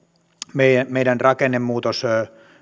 meidän meidän rakennemuutoksemme